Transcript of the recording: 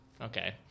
okay